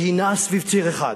והיא נעה סביב ציר אחד,